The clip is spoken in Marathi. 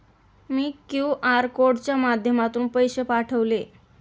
मी क्यू.आर कोडच्या माध्यमातून पैसे पाठवले